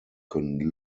können